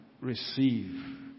receive